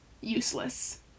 useless